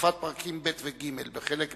להוספת פרקים ב' וג' בחלק ב'